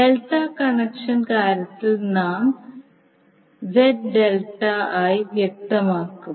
delta connection കാര്യത്തിൽ നാം ZΔ ആയി വ്യക്തമാക്കും